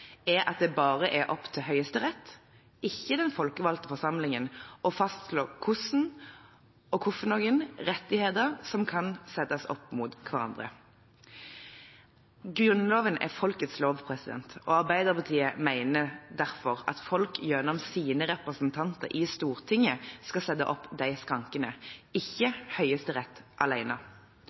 er at det bare er opp til Høyesterett, ikke den folkevalgte forsamling, å fastslå hvilke rettigheter som kan settes opp mot hverandre, og hvordan. Grunnloven er folkets lov, og Arbeiderpartiet mener derfor at folket gjennom sine representanter i Stortinget skal sette opp disse skrankene, ikke Høyesterett